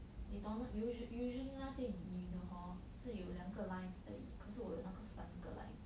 你懂 usu~ usually 那些女的 hor 是有两个 lines 而已可是我有那个三个 lines